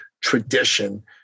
tradition